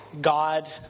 God